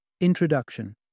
Introduction